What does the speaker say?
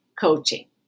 Coaching